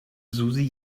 susi